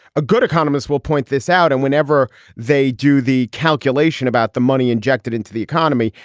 a good economists will point this out. and whenever they do the calculation about the money injected into the economy,